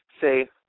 Say